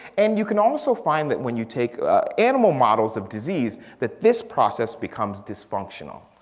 and you can also find that when you take ah animal models of disease that this process becomes dysfunctional.